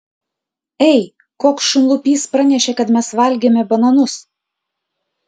ei koks šunlupys pranešė kad mes valgėme bananus